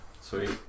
Sweet